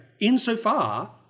insofar